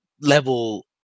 level